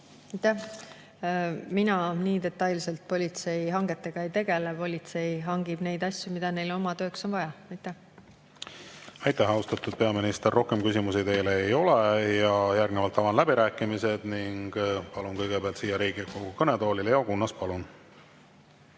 Mina nii detailselt politsei hangetega ei tegele. Politsei hangib asju, mida neil oma tööks on vaja. Aitäh, austatud peaminister! Rohkem küsimusi teile ei ole. Avan läbirääkimised ning palun kõigepealt siia Riigikogu kõnetooli Leo Kunnase. Palun!